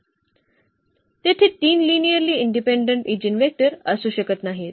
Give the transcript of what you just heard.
तेथे तीन linearly independent eigenvectors असू शकत नाहीत